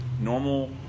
normal –